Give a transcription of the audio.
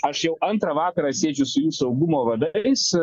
aš jau antrą vakarą sėdžiu su jų saugumo vadais